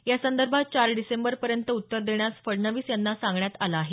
या संदर्भात चार डिसेंबर पर्यंत उत्तर देण्यास फडणवीस यांना सांगण्यात आलं आहे